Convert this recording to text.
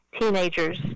teenagers